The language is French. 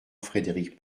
frédéric